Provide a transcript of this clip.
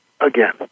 again